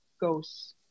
goes